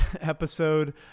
episode